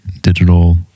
digital